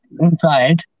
inside